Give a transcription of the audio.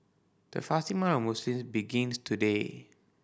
the fasting month Muslims begins today